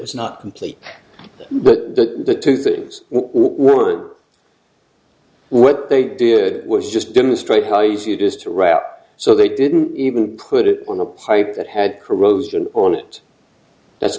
was not complete that the two things were what they did was just didn't stray how easy it is to route so they didn't even put it on the pipe that had corrosion on it that's